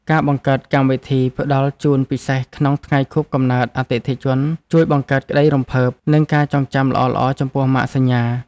ការបង្កើតកម្មវិធីផ្តល់ជូនពិសេសក្នុងថ្ងៃខួបកំណើតអតិថិជនជួយបង្កើតក្តីរំភើប និងការចងចាំល្អៗចំពោះម៉ាកសញ្ញា។